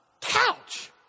couch